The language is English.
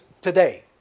today